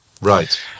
right